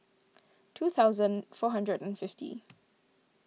two thousand four hundred and fifty